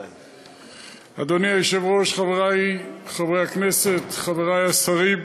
אדוני היושב-ראש, חברי חברי הכנסת, חברי השרים,